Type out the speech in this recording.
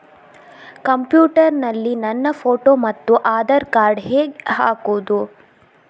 Computer ನಲ್ಲಿ ನನ್ನ photo ಮತ್ತು ಆಧಾರ್ ಕಾರ್ಡ್ ಹೇಗೆ ಹಾಕುವುದು?